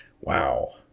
wow